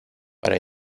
para